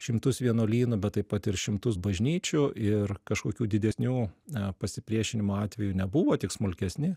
šimtus vienuolynų bet taip pat ir šimtus bažnyčių ir kažkokių didesnių a pasipriešinimo atvejų nebuvo tik smulkesni